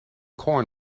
corn